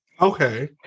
Okay